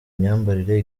myambarire